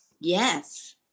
yes